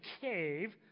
cave